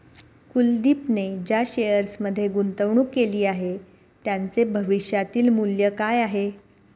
कुलदीपने ज्या शेअर्समध्ये गुंतवणूक केली आहे, त्यांचे भविष्यातील मूल्य काय आहे?